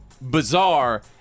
bizarre